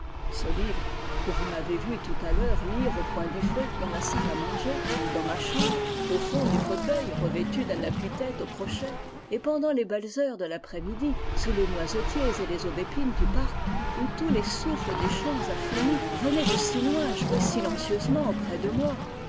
ce livre que vous m'avez vu tout à l'heure lire au coin du feu dans la salle à manger dans ma chambre au fond du fauteuil revêtu d'un appuie tête au crochet et pendant les belles heures de l'après-midi sous les noisetiers et les aubépines du parc où tous les souffles des champs infinis venaient de si loin jouer silencieusement auprès de moi